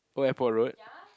Old-Airport-Road